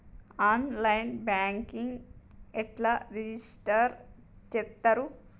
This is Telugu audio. ఆన్ లైన్ బ్యాంకింగ్ ఎట్లా రిజిష్టర్ చేత్తరు?